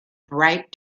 bright